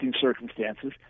circumstances